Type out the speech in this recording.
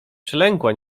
przelękła